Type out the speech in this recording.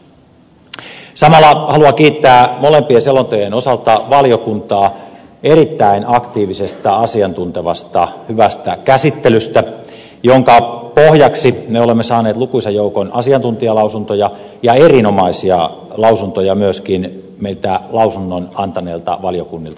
samalla haluan kiittää molempien selontekojen osalta valiokuntaa erittäin aktiivisesta asiantuntevasta hyvästä käsittelystä jonka pohjaksi me olemme saaneet lukuisan joukon asiantuntijalausuntoja ja erinomaisia lausuntoja myöskin lausunnon antaneilta valiokunnilta